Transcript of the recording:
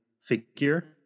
figure